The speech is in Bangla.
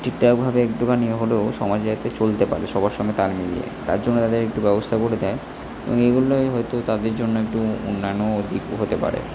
ঠিকঠাকভাবে একটুখানি হলেও সমাজে যাতে চলতে পারে সবার সঙ্গে তাল মিলিয়ে তার জন্য তাদের একটু ব্যবস্থা করে দেয় এবং এগুলই হয়তো তাদের জন্য একটু উন্নয়নও দিকও হতে পারে